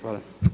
Hvala.